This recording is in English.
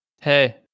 Hey